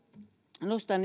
nostan